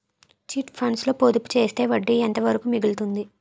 Chit funds లో పొదుపు చేస్తే వడ్డీ ఎంత వరకు మిగులుతుంది?